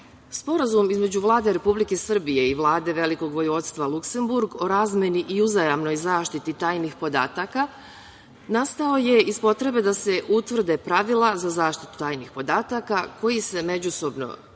između Vlade Republike Srbije i Vlade Velikog Vojvodstva Luksemburg o razmeni i uzajamnoj zaštiti tajnih podataka nastao je iz potrebe da se utvrde pravila za zaštitu tajnih podataka koji se međusobno razmenjuju